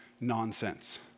nonsense